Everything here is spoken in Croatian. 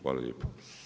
Hvala lijepo.